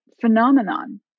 phenomenon